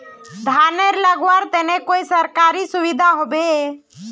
धानेर लगवार तने कोई सरकारी सुविधा होबे?